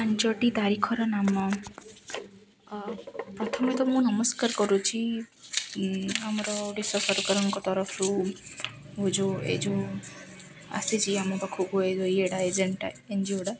ପାଞ୍ଚଟି ତାରିଖର ନାମ ପ୍ରଥମେତ ମୁଁ ନମସ୍କାର କରୁଛି ଆମର ଓଡ଼ିଶା ସରକାରଙ୍କ ତରଫରୁ ଯୋଉ ଏ ଯୋଉ ଆସିଛି ଆମ ପାଖକୁ ଏ ଯୋଉ ଏଇ ଏଟା ଏଜେଣ୍ଟ୍ଟା ଏନ୍ଜିଓଟା